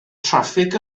traffig